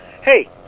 Hey